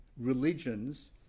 religions